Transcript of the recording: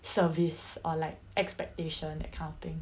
service or like expectation that kind of thing